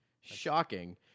Shocking